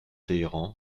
téhéran